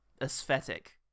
aesthetic